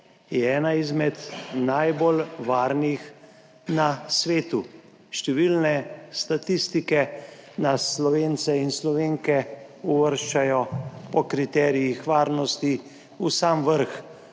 je ena izmed najbolj varnih na svetu. Številne statistike nas Slovence in Slovenke uvrščajo po kriterijih varnosti v sam vrh